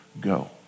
go